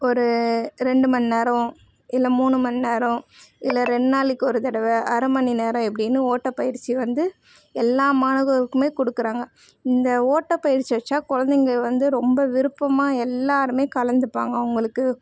ஒரு ரெண்டு மணி நேரம் இல்லை மூணு மணி நேரம் இல்லை ரெண்டு நாளைக்கு ஒரு தடவை அரை மணி நேரம் எப்படின்னு ஓட்டப்பயிற்சி வந்து எல்லா மாணவர்களுக்குமே கொடுக்குறாங்க இந்த ஓட்டப்பயிற்சி வைச்சா கொழந்தைங்க வந்து ரொம்ப விருப்பமாக எல்லோருமே கலந்துப்பாங்க அவங்களுக்கு